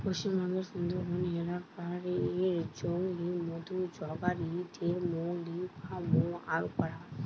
পশ্চিমবঙ্গের সুন্দরবন এলাকা রে জংলি মধু জগাড়ি দের মউলি বা মউয়াল কয়া হয়